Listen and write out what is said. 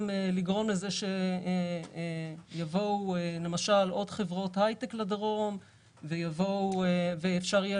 לגרום לכך שיבואו למשל עוד חברות היי-טק לדרום ואפשר יהיה